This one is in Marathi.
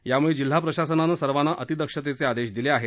यामुळे जिल्हा प्रशासनानं सर्वांना अतिदक्षतेचे आदेश दिले आहेत